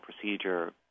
procedure